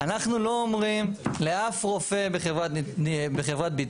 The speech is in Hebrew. אנחנו לא אומרים לאף רופא בחברת ביטוח,